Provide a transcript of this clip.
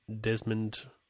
Desmond